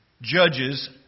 judges